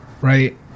right